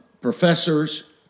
professors